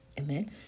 Amen